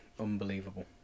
Unbelievable